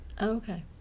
Okay